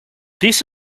this